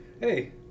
Hey